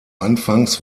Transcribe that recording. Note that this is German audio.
anfangs